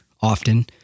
often